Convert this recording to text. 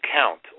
count